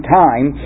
time